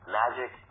magic